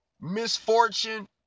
misfortune